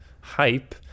Hype